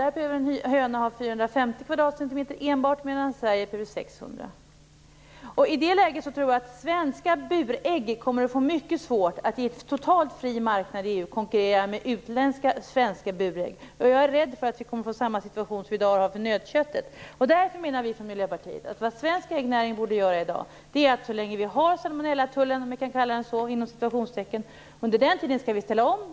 Där krävs det 450 kvadratcentimeter för en höna medan det i Sverige krävs 600 kvadratcentimeter. I en totalt fri marknad i EU kommer svenska burägg att få mycket svårt att konkurrera med utländska burägg. Jag är rädd för att det kommer att bli samma situation som i dag råder för nötköttet. Därför anser vi från Miljöpartiet att så länge vi har "salmonellatullen" skall vi i Sverige ställa om till golvhönsproduktion.